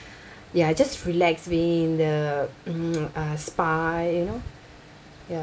ya just relax being in the um uh spa you know ya